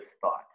thought